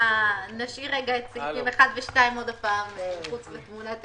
נשאיר את סעיפים 1 ו-2 מחוץ לתמונה.